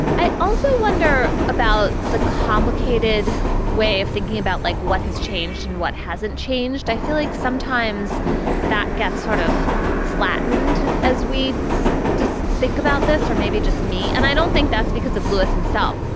i also wonder about the complicated way of thinking about like what has changed and what hasn't changed. i feel like sometimes that gets sort of flattened as we just think about this or maybe just me. and i don't think that's because of lewis himself.